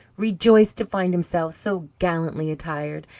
rejoiced to find himself so gallantly attired,